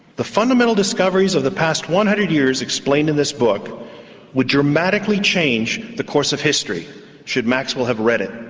the fundamental discoveries of the past one hundred years explained in this book would dramatically change the course of history should maxwell have read it.